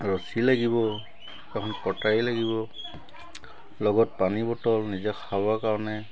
ৰছি লাগিব এখন কটাৰী লাগিব লগত পানী বটল নিজে খাবৰ কাৰণে